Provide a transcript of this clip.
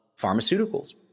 pharmaceuticals